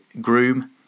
groom